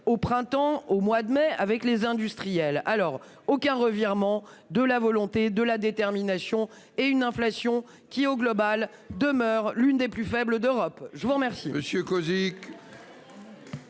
au printemps, au mois de mai avec les industriels alors aucun revirement de la volonté de la détermination et une inflation qui au global demeure l'une des plus faibles d'Europe. Je vous remercie